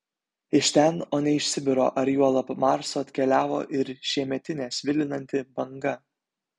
iš ten o ne iš sibiro ar juolab marso atkeliavo ir šiemetinė svilinanti banga